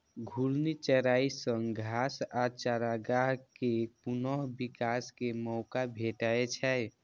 घूर्णी चराइ सं घास आ चारागाह कें पुनः विकास के मौका भेटै छै